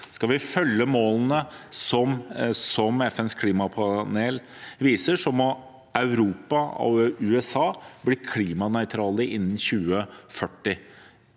Skal vi følge målene som FNs klimapanel har, må Europa og USA bli klimanøytrale innen 2040,